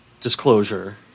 disclosure